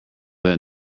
that